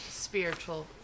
spiritual